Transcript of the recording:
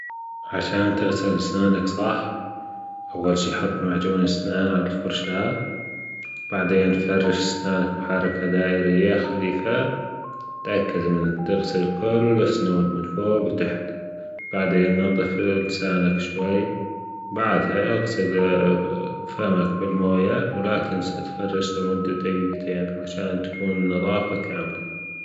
عشان تغسل سنانك صح أول شي حط معجون الاسنان على الفرشاة وبعدين فرش سنانك في حركة دائرية خفيفة تأكد أنك تغسل كل الأسنان من فوج لتحت وبعدين نضف لسانك شوي بعدها أغسل بالماية ولا تنسى تفرش عشان تكون نضافة كاملة